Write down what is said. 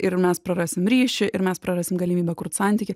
ir mes prarasim ryšį ir mes prarasim galimybę kurt santykį